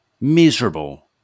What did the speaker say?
miserable